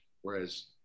whereas